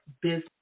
business